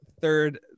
third